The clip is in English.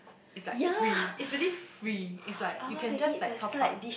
it's like free it's really free it's like you can just like top up